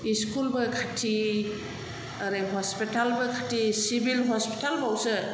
इस्कुलबो खाथि ओरै हस्पिटालबो खाथि सिभिल हस्पिटालबावसो